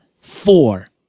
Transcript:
Four